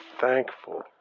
thankful